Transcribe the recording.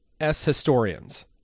shistorians